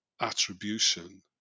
attribution